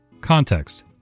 Context